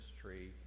tree